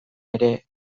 ere